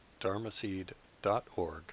dharmaseed.org